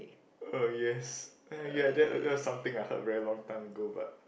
uh yes uh ya that that's something I heard very long time ago but